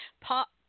pop